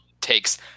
takes